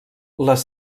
les